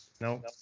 no